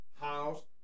house